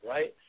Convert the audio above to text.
Right